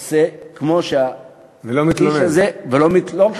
עושה, כמו שהאיש הזה, ולא מתלונן.